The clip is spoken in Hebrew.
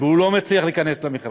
לא רצה שהוא ייפצע ולא רצה שהוא יחלה.